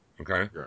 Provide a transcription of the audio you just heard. okay